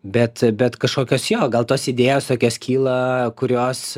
bet bet kažkokios jo gal tos idėjos tokios kyla kurios